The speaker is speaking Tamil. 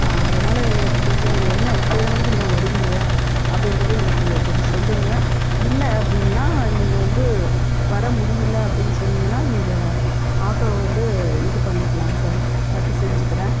அதனால் எனக்கு கொஞ்சம் என்ன எத்தனை மணிக்கு இன்ன வருவீங்க அப்படின்றது எனக்கு கொஞ்சம் சொல்லுங்க இல்லை அப்படின்னா நீங்கள் வந்து வரமுடியல அப்படின்னு சொன்னீங்கன்னா நீங்கள் ஆட்டோவை வந்து இது பண்ணிக்கலாம் சார் ரத்து செஞ்சிக்கிறேன்